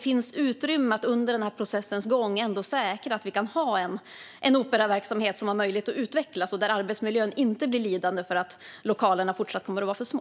Finns utrymme att under processens gång säkra en operaverksamhet som kan utvecklas och där arbetsmiljön inte blir lidande därför att lokalerna även i fortsättningen kommer att vara för små?